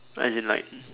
as in like